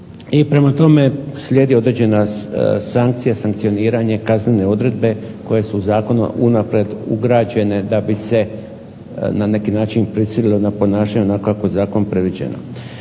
i prema tome slijedi određena sankcija, sankcioniranje, kaznene odredbe koje su u zakon unaprijed ugrađene da bi se na neki način prisililo na ponašanje onako kako je zakonom predviđeno.